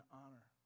honor